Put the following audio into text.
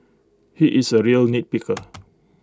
he is A real nitpicker